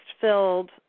filled